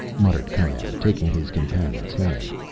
muttered conan, taking his companion's hand.